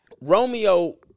Romeo